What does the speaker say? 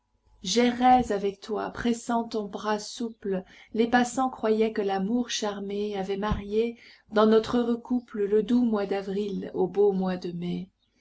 j'errais avec toi pressant ton bras souple les passants croyaient que l'amour charmé avait marié dans notre heureux couple le doux mois d'avril au beau mois de mai